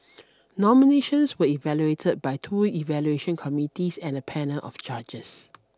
nominations were evaluated by two evaluation committees and a panel of judges